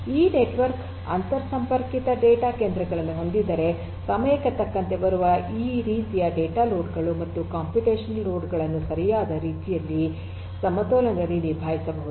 ಈ ನೆಟ್ವರ್ಕ್ ಅಂತರ್ಸಂಪರ್ಕಿತ ಡೇಟಾ ಕೇಂದ್ರಗಳನ್ನು ಹೊಂದಿದ್ದರೆ ಸಮಯಕ್ಕೆ ತಕ್ಕಂತೆ ಬರಲಿರುವ ಆ ರೀತಿಯ ಡೇಟಾ ಲೋಡ್ ಗಳು ಮತ್ತು ಕಂಪ್ಯೂಟೇಶನಲ್ ಲೋಡ್ ಗಳನ್ನು ಸರಿಯಾದ ರೀತಿಯಲ್ಲಿ ಸಮತೋಲನದಲ್ಲಿ ನಿಭಾಯಿಸಬಹುದು